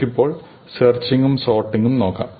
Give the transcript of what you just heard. നമുക് ഇപ്പോൾ സെർച്ചിങ്ങും സോർട്ടിങ്ങും നോക്കാം